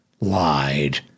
lied